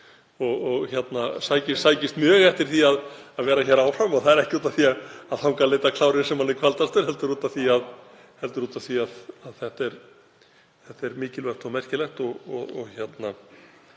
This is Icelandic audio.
og sækist mjög eftir því að vera hér áfram. Það er ekki út af því að þangað leiti klárinn sem hann er kvaldastur, heldur af því að þetta er mikilvægt og merkilegt starf